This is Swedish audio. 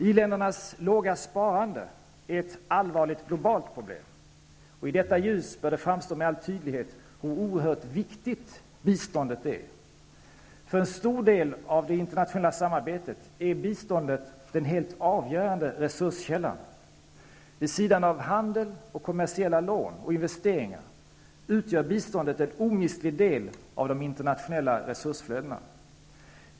I-ländernas låga sparande är ett allvarligt globalt problem. I ljuset av detta bör det framstå med all tydlighet hur oerhört viktigt biståndet är. För en stor del av det internationella samarbetet är biståndet den helt avgörande resurskällan. Vid sidan av handel och kommersiella lån och investeringar utgör biståndet en omistlig del av de internationella resursflödena.